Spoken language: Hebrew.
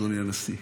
אדוני הנשיא,